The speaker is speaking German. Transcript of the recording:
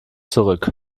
zurück